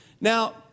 Now